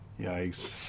Yikes